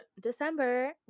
december